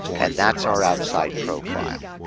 and that's our outside profile.